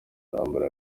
intambara